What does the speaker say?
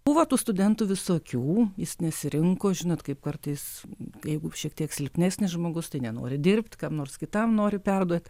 buvo tų studentų visokių jis nesirinko žinot kaip kartais jeigu šiek tiek silpnesnis žmogus tai nenori dirbt kam nors kitam nori perduot